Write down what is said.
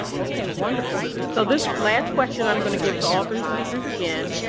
okay, wonderful. so this last question i'm going to give to all three speakers again.